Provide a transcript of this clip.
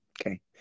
okay